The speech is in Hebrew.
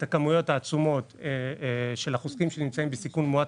הכמויות העצומות של החוסכים שנמצאים בסיכון מועט